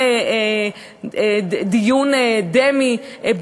עם דיון דמֶה.